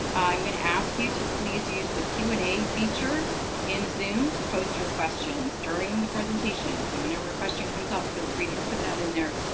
i'm going to ask you to please use the q and a feature in zoom to post your questions during the presentation. so whenever a question comes up, feel free to put that in there.